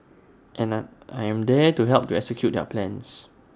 and I I am there to help to execute their plans